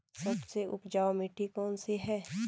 सबसे उपजाऊ मिट्टी कौन सी है?